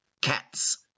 Cats